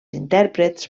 intèrprets